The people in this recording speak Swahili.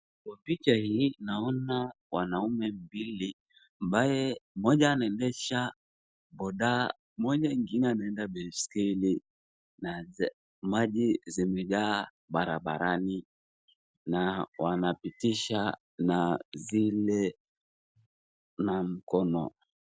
Kwa picha hii naona wanaume wawili ambaye moja anaendesha boda mwingine baiskeli na maji imejaa barabarani na wanapitisha zile na mkono.